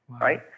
right